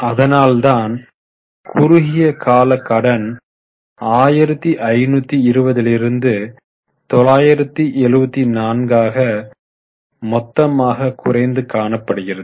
அதனால்தான் குறுகிய கால கடன் 1520 லிருந்து 974 ஆக மொத்தமாக குறைந்து காணப்படுகிறது